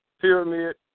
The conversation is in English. pyramid